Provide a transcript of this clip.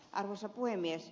arvoisa puhemies